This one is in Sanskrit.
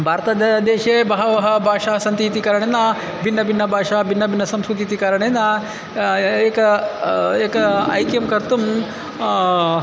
भारतदेशे बहवः भाषाः सन्ति इति कारणेन भिन्नभिन्नभाषा भिन्नभिन्नसंस्कृतिः इति कारणेन एकं एकं ऐक्यं कर्तुं